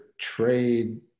trade